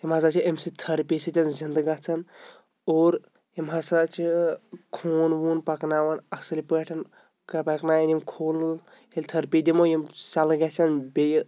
یِم ہَسا چھِ اَمہِ سۭتۍ تھٔرپی سۭتۍ زِنٛدٕ گَژھان اور یِم ہَسا چھِ خوٗن ووٗن پَکناوان اَصٕل پٲٹھۍ کہ پَکناون یِم خوٗن ووٗن ییٚلہِ تھٔرپی دِمو یِم سٮ۪لہٕ گژھن بیٚیہِ